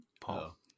Paul